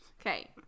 Okay